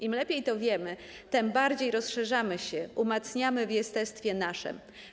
Im lepiej to wiemy, tem bardziej rozszerzamy się, umacniamy w jestestwie naszem.